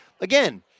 again